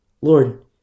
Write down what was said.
Lord